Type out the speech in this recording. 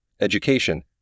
education